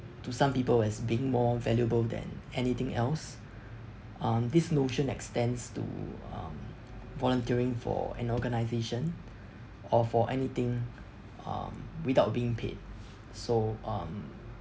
to some people as being more valuable than anything else um this notion extends to um volunteering for an organization or for anything um without being paid so um